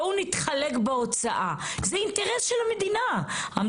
ואנחנו לא מצליחים להביא אותה, אבל את